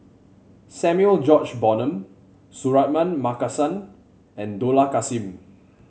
Samuel George Bonham Suratman Markasan and Dollah Kassim